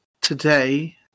today